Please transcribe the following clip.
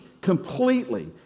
completely